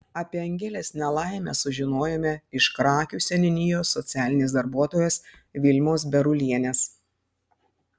apie angelės nelaimę sužinojome iš krakių seniūnijos socialinės darbuotojos vilmos berulienės